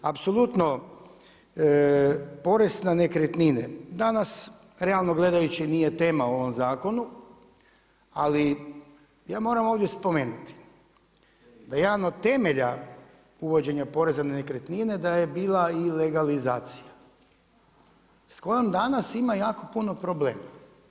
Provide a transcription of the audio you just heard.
Apsolutno porez na nekretnine, danas realno gledajući nije tema u ovom zakonu, ali ja moramo ovdje spomenuti da jedan od temelja uvođenja poreza na nekretnine da je bila i legalizacija s kojim danas ima jako puno problema.